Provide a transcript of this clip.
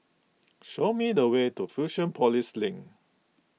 show me the way to Fusionopolis Link